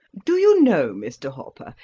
do you know, mr. hopper,